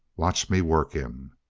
watch me work him!